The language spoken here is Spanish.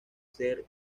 ser